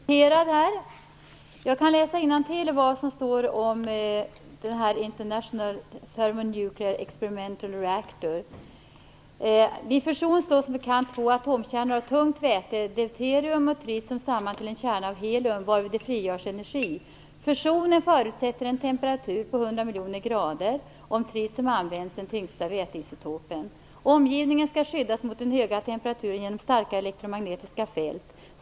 Fru talman! Det är jag som är citerad här. Låt mig läsa innantill vad som står om International Thermonuclear Experimental Reactor. Vid fusion slås som bekant två atomkärnor av tungt väte, deuterium och tritium, samman till en kärna av helium varvid det frigörs energi. Fusionen förutsätter en temperatur på 100 miljoner grader om tritium används, den tyngsta väteisotopen. Omgivningen skall skyddas mot den höga temperaturen genom starka elekromagnetiska fält.